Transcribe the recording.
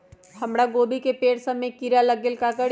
हमरा गोभी के पेड़ सब में किरा लग गेल का करी?